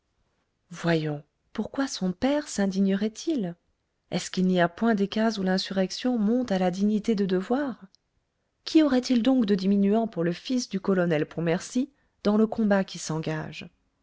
voyons pourquoi son père sindignerait il est-ce qu'il n'y a point des cas où l'insurrection monte à la dignité de devoir qu'y aurait-il donc de diminuant pour le fils du colonel pontmercy dans le combat qui s'engage